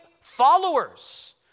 followers